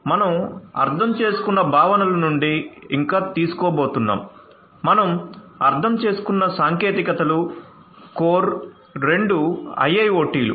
మనం మనం అర్థం చేసుకున్న భావనలు నుండి ఇంకా తీసుకోబోతున్నాం మనం అర్థం చేసుకున్న సాంకేతికతలు కోర్ రెండు IIoT లు